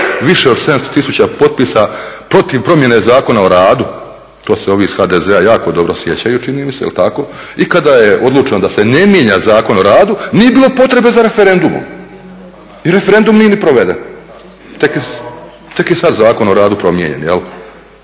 više od 700 tisuća potpisa protiv promjene Zakona o radu, to se ovi iz HDZ-a jako dobro sjećaju, čini mi se, je li tako? I kada je odlučeno da se ne mijenja Zakon o radu, nije bilo potrebe za referendumom i referendum nije ni proveden. Tek je sada Zakon o radu promijenjen. A